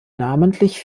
namentlich